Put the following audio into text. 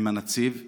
עם הנציב,